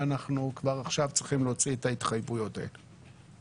ואנחנו כבר עכשיו צריכים להוציא את ההתחייבויות האלה.